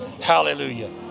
Hallelujah